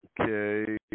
Okay